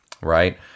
right